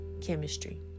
chemistry